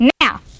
Now